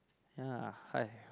ya hey